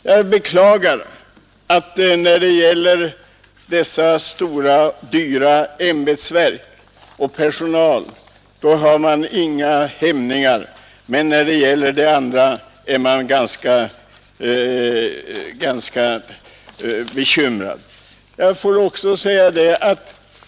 Jag beklagar att när det gäller dessa stora, dyra ämbetsverk och deras personal har man inga hämningar, men när det gäller den praktiska trafiksäkerheten är man ganska bekymrad.